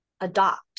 adopt